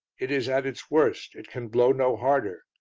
it is at its worst it can blow no harder,